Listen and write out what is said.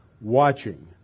watching